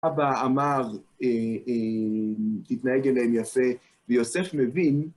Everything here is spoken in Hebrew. אבא אמר, תתנהג אליהם יפה, ויוסף מבין.